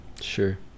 Sure